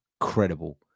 incredible